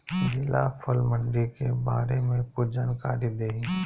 जिला फल मंडी के बारे में कुछ जानकारी देहीं?